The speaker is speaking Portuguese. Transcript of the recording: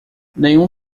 nenhum